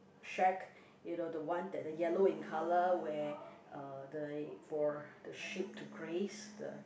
shack you know the one that the yellow in colour where uh they for the sheep to graze the